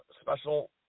special